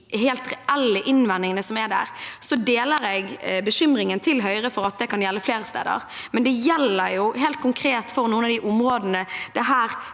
til de helt reelle innvendingene som er der. Jeg deler bekymringen til Høyre for at det kan gjelde flere steder, men det gjelder jo helt konkret for noen av de områdene